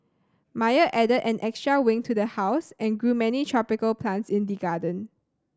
Meyer added an extra wing to the house and grew many tropical plants in the garden